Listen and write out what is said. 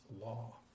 law